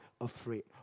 afraid